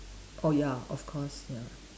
oh ya of course ya